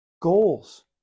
Goals